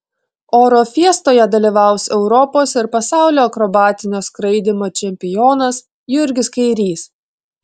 oro fiestoje dalyvaus europos ir pasaulio akrobatinio skraidymo čempionas jurgis kairys